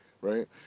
right